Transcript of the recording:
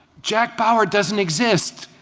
jack bauer doesn't exist.